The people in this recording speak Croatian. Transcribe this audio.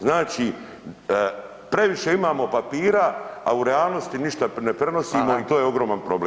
Znači, previše imamo papira, a u realnosti ništa ne prenosimo i to je ogroman problem.